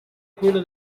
quello